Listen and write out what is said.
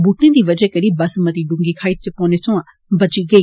बूटें दी बजह करी बस मती डूंगी खाई च पौने सोयां बची गेई